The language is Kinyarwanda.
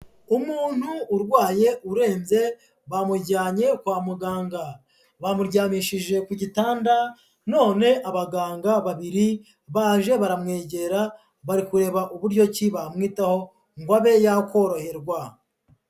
Umuntu urwaye urembye bamujyanye kwa muganga, bamuryamishije ku gitanda none abaganga babiri baje baramwegera bari kureba uburyo ki bamwitaho ngo abe yakoroherwa.